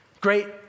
great